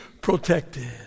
protected